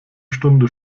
stunde